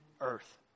earth